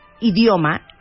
idioma